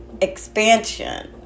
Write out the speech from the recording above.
expansion